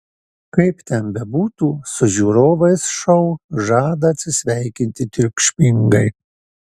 kaip ten bebūtų su žiūrovais šou žada atsisveikinti triukšmingai